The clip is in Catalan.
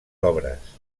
obres